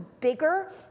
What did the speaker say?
bigger